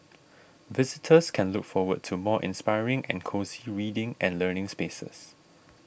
visitors can look forward to more inspiring and cosy reading and learning spaces